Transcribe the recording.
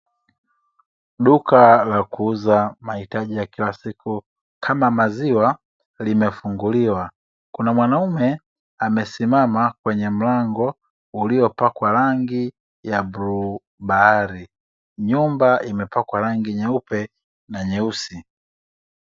Duka la kuuza mahitaji ya kila siku kama maziwa limefunguliwa. Kuna mwanaume amesimama kwenye mlango uliopakwa rangi ya bluu bahari; nyumba imepakwa rangi nyeupe na nyeusi.